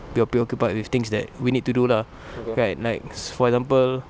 preo~ preoccupied with things that we need to do lah like like s~ for example